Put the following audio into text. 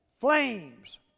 flames